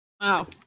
Wow